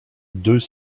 deux